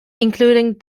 including